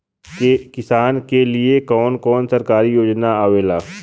किसान के लिए कवन कवन सरकारी योजना आवेला?